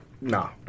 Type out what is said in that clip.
No